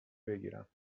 بگیرم